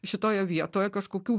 šitoje vietoje kažkokių